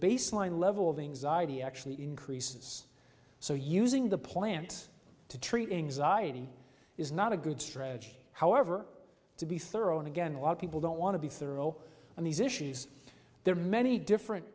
baseline level of anxiety actually increases so using the plant to treat anxiety is not a good strategy however to be thorough and again a lot of people don't want to be thorough and these issues there are many different